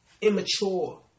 immature